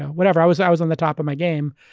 whatever. i was i was on the top of my game,